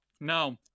No